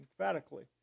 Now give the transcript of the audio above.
emphatically